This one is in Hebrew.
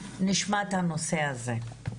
נשמט הנושא הזה.